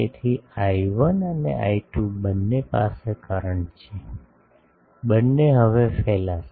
તેથી I1 અને I2 બંને પાસે કરંટ છે બંને હવે ફેલાશે